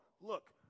look